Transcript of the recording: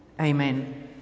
Amen